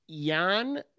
Jan